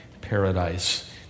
paradise